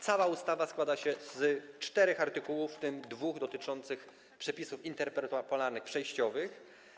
Cała ustawa składa się z czterech artykułów, w tym dwóch dotyczących przepisów intertemporalnych, przejściowych.